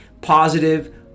positive